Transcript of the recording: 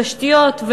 בתשתיות,